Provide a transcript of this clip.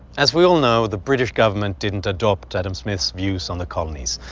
as we all know, the british government didn't adopt adam smith's views on the colonies.